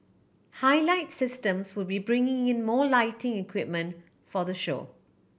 Highlight Systems will be bringing in more lighting equipment for the show